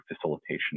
facilitation